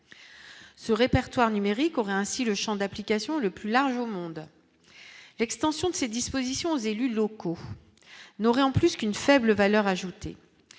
ce répertoire numérique aurait ainsi le Champ d'application le plus large au monde, l'extension de ces dispositions aux élus locaux, n'aurait en plus qu'une faible valeur ajoutée,